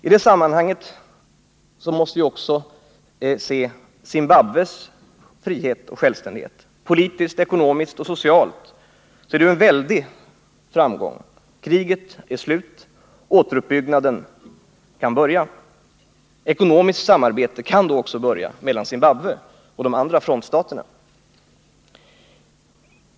I det sammanhanget måste vi också se Zimbabwes frihet och självständighet. Politiskt, ekonomiskt och socialt är det en mycket stor framgång. Kriget är slut, återuppbyggnaden kan börja. Ekonomiskt samarbete kan då också börja mellan Zimbabwe och de andra frontstaterna.